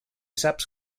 saps